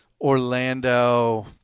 Orlando